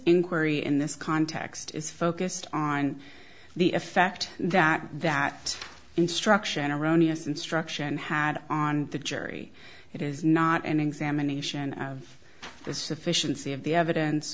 inquiry in this context is focused on the effect that that instruction erroneous instruction had on the jury it is not an examination of the sufficiency of the evidence